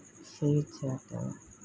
ShareChat